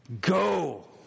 go